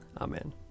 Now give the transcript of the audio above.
Amen